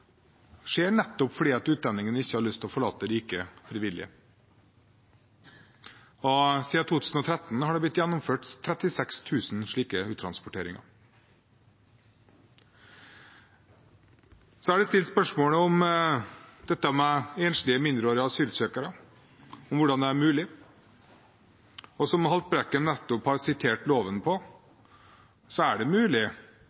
skjer nettopp fordi utlendingene ikke har lyst til å forlate riket frivillig. Siden 2013 har det blitt gjennomført 36 000 slike uttransporteringer. Det er stilt spørsmål om dette med enslige mindreårige asylsøkere, om hvordan det er mulig. Som representanten Haltbrekken nettopp har sitert loven